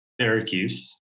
Syracuse